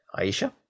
Aisha